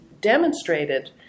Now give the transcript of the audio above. demonstrated